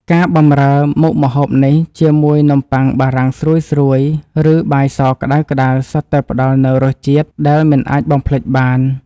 ការបម្រើមុខម្ហូបនេះជាមួយនំប៉័ងបារាំងស្រួយៗឬបាយសក្តៅៗសុទ្ធតែផ្តល់នូវរសជាតិដែលមិនអាចបំភ្លេចបាន។